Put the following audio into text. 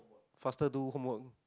faster do homework